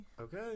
Okay